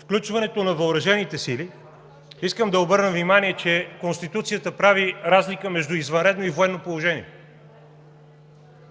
включването на въоръжените сили. Искам да обърна внимание, че Конституцията прави разлика между извънредно и военно положение.